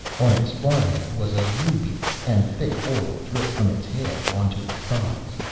on its forehead was a ruby, and thick oil dripped from its hair on to its thighs.